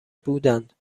بودند